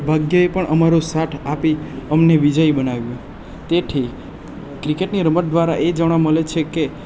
ભાગ્યએ પણ અમારો સાથ આપી અમને વિજયી બનાવ્યો તેથી ક્રિકેટની રમત દ્વારા એ જાણવા મળે છે કે